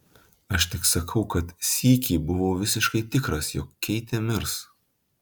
aš tik sakau kad sykį buvau visiškai tikras jog keitė mirs